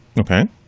Okay